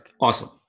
Awesome